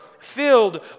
filled